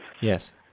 Yes